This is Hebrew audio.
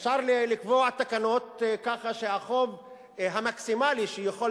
אפשר לקבוע תקנות כך שהחוב המקסימלי שיכול